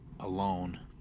alone